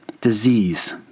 disease